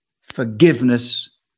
forgiveness